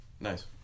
nice